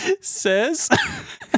Says